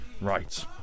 Right